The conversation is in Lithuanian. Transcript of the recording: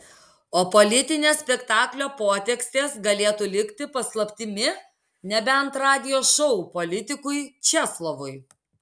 o politinės spektaklio potekstės galėtų likti paslaptimi nebent radijo šou politikui česlovui